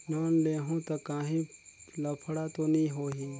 Loan लेहूं ता काहीं लफड़ा तो नी होहि?